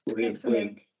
excellent